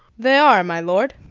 they are, my lord.